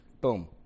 boom